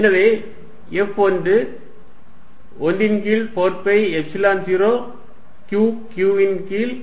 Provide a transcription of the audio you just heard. எனவே F1 1 ன் கீழ் 4 பை எப்சிலன் 0 Q q ன் கீழ்